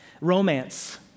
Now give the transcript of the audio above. Romance